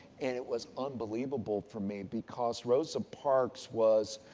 and it was unbelievable for me because rosa parks was,